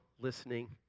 listening